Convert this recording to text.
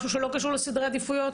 משהו שלא קשור לסדרי עדיפויות?